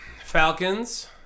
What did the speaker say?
Falcons